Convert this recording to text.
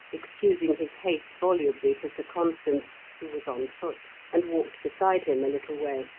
excusing his haste volubly to sir constans, who was on foot, and walked beside him a little way,